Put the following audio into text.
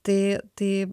tai tai